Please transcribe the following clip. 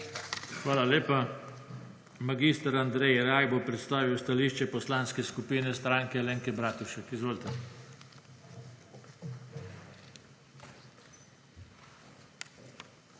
Hvala lepa. Mag. Andrej Rajh bo predstavil stališče Poslanske skupine Stranke Alenke Bratušek. Izvolite.